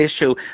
issue